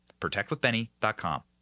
Protectwithbenny.com